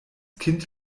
kind